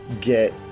get